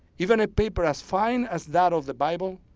even a paper as fine as that of the bible,